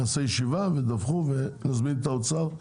נעשה ישיבה תדווחו ונזמין את האוצר,